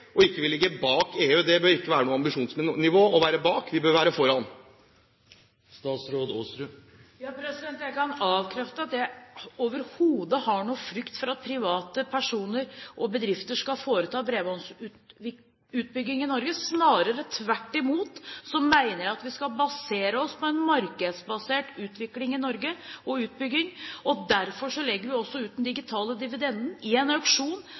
og ikke ligger bak EU. Det bør ikke være noen ambisjon å være bak. Vi bør være foran. Jeg kan avkrefte at jeg overhodet har noen frykt for at privatpersoner og private bedrifter skal foreta bredbåndsutbygging i Norge. Snarere tvert imot mener jeg at vi skal basere oss på en markedsbasert utbygging og utvikling i Norge. Derfor legger vi ut den digitale dividenden til auksjon. Kommersielle aktører skal kunne nyttiggjøre seg den digitale dividenden, som det offentlige har eierskap til. Så er jeg enig i